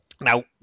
Now